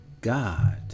God